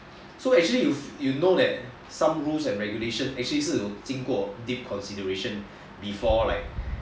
so if you know that some rules and regulations actually 是经过 consideration before like